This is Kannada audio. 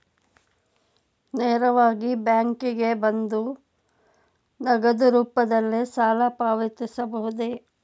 ನೇರವಾಗಿ ಬ್ಯಾಂಕಿಗೆ ಬಂದು ನಗದು ರೂಪದಲ್ಲೇ ಸಾಲ ಮರುಪಾವತಿಸಬಹುದೇ?